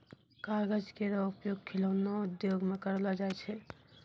कागज केरो उपयोग खिलौना उद्योग म करलो जाय छै